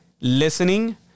listening